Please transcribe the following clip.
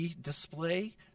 display